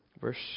Verse